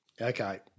Okay